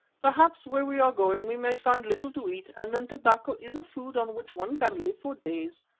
perhaps where we are going we may find little to eat, and then tobacco is a food on which one can live for days.